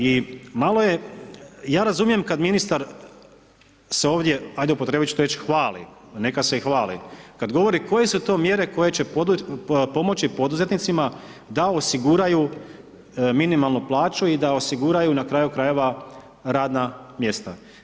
I malo je, ja razumijem kad ministar se ovdje, ajde upotrijebiti ću tu riječ hvali, ma neka se i hvali kad govori koje su to mjere koje će pomoći poduzetnicima da osiguraju minimalnu plaću i da osiguraju na kraju krajeva radna mjesta.